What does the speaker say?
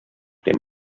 dem